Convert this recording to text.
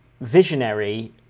visionary